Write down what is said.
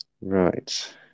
Right